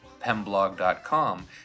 pemblog.com